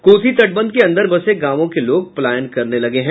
कोसी तटबंध के अंदर बसे गांवों के लोग पलायन करने लगे हैं